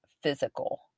physical